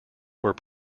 were